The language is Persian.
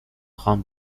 خان